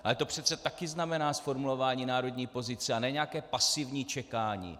Ale to přece taky znamená zformulování národní pozice, a ne nějaké pasivní čekání.